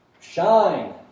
shine